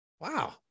Wow